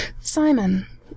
Simon